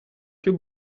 più